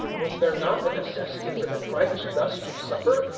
was there not a necessity for the christ thus to suffer,